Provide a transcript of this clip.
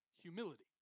humility